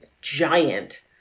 giant